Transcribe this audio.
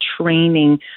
training